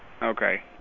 Okay